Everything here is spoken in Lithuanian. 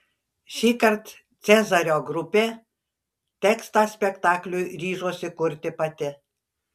šįkart cezario grupė tekstą spektakliui ryžosi kurti pati